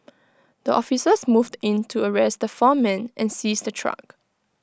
the officers moved in to arrest the four men and seize the truck